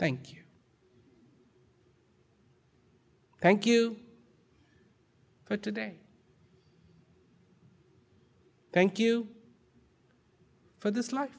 thank you thank you for today thank you for this li